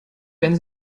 wenn